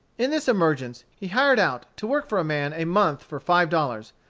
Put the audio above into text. in this emergence, he hired out to work for a man a month for five dollars,